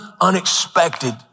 unexpected